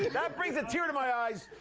that brings a tear to my eyes.